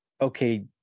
okay